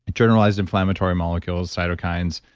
generalized inflammatory molecules, cytokines,